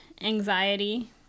anxiety